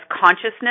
consciousness